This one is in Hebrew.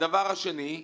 הדבר השני,